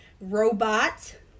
robot